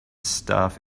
staff